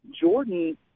jordan